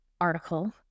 article